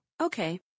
Okay